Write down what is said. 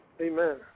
Amen